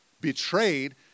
betrayed